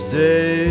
day